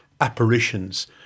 apparitions